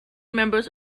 members